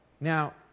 Now